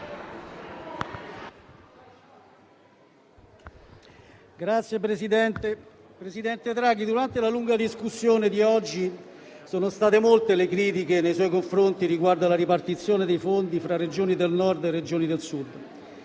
Signor Presidente, presidente Draghi, durante la lunga discussione di oggi sono state molte le critiche nei suoi confronti riguardo la ripartizione dei fondi fra Regioni del Nord e Regioni del Sud.